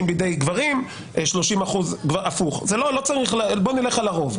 בידי גברים ו-30% הפוך נלך על הרוב,